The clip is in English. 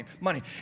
money